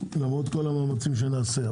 למרות כל המאמצים שנעשה.